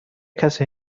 کسی